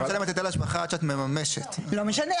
לא,